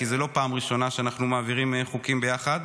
כי זו לא פעם ראשונה שאנחנו מעבירים חוקים ביחד.